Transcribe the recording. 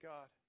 God